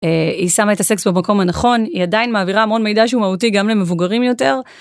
היא שמה את הסקס במקום הנכון היא עדיין מעבירה המון מידע שהוא מהותי גם למבוגרים יותר.